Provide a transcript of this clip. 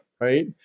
right